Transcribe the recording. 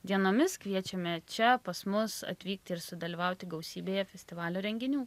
dienomis kviečiame čia pas mus atvykti ir sudalyvauti gausybėje festivalio renginių